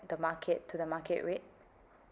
the market to the market rate